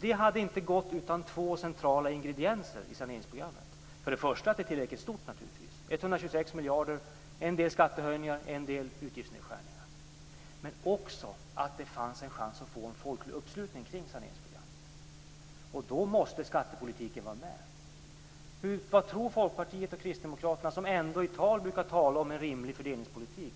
Det hade inte gått utan två centrala ingredienser i saneringsprogrammet. Först och främst att det var tillräckligt stort - 126 miljarder, en del skattehöjningar, och en del utgiftsnedskärningar - men också att det fanns en en chans att få en folklig uppslutning kring saneringsprogrammet. Då måste skattepolitiken vara med. Vad tror Folkpartiet och Kristdemokraterna, som ändå brukar tala om en rimlig fördelningspolitik?